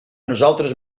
nosaltres